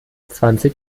zwanzig